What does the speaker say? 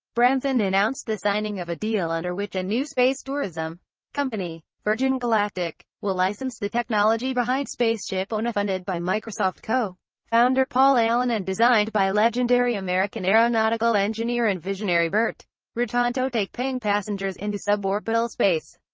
branson announced the signing of a deal under which a new space tourism company, virgin galactic, will license the technology behind spaceship onefunded by microsoft co founder paul allen and designed by legendary american aeronautical engineer and visionary burt rutanto take paying passengers into suborbital space.